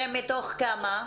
מתוך כמה?